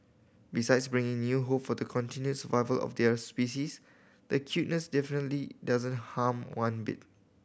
besides bringing new hope for the continued survival of their species their cuteness definitely doesn't harm one bit